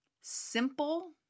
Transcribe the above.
simple